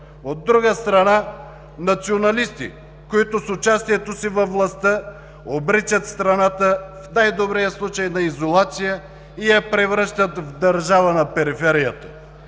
От друга страна, националисти, които с участието си във властта, обричат страната в най-добрия случай на изолация и я превръщат в държава на периферията.